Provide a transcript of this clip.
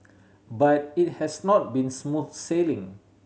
but it has not been smooth sailing